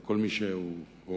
על כל מי שהוא הורה,